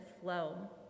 flow